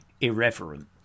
irreverent